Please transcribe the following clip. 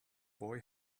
boy